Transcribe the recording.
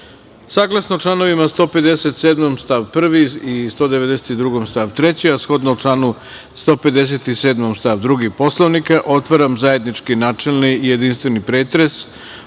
članovima 157. stav 1. i 192. stav 3, a shodno članu 157. stav 2. Poslovnika, otvaram zajednički načelni i jedinstveni pretres